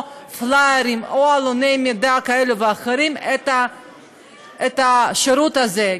פלאיירים או עלוני מידע כאלה ואחרים את השירות הזה.